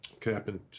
captain